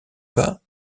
bas